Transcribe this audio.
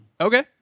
Okay